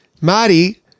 Marty